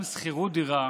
גם שכירות דירה